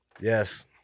Yes